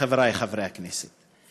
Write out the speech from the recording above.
חברי חברי הכנסת,